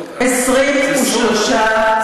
23 במאי.